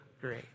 great